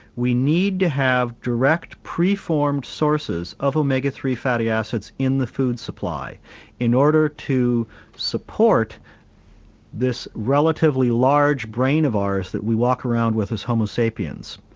we need to have direct preformed sources of omega three fatty acids in the food supply in order to support this relatively large brain of ours that we walk around with as homo sapiens.